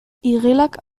igelak